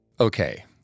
Okay